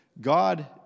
God